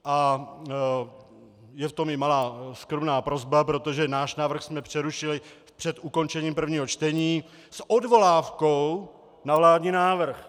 A je v tom i malá skromná prosba, protože náš návrh jsme přerušili před ukončením prvního čtení s odvolávkou na vládní návrh.